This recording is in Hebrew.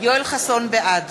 בעד